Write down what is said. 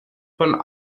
von